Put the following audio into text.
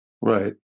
Right